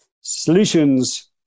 solutions